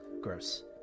gross